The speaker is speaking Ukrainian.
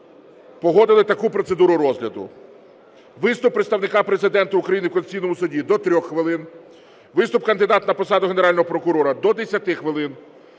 погодили таку процедуру розгляду. Виступ представника Президента України у Конституційному Суді – до 3 хвилин, виступ кандидата на посаду Генерального прокурора – до 10 хвилин,